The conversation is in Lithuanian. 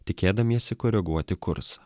tikėdamiesi koreguoti kursą